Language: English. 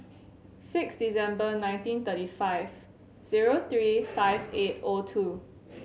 six December nineteen thirty five zero three five eight O two